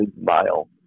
mile